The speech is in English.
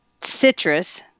citrus